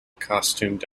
costumed